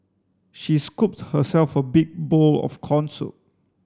she scooped herself a big bowl of corn soup